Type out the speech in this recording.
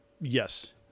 yes